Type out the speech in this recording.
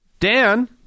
Dan